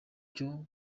cyo